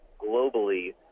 globally